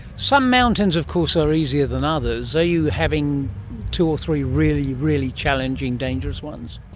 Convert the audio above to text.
some mountains of course are easier than others. are you having two or three really, really challenging dangerous ones?